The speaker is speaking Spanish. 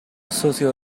socio